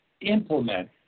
Implement